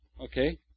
Okay